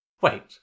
Wait